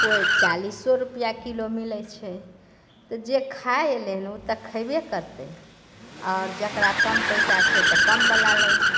केओ चालीसो रुपआ किलो मिलै छै तऽ जे खाइ एलै हन ओ तऽ खयबे करतै आओर जेकरा कम पैसा छै तऽ कम बला लै छै